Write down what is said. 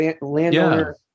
landowner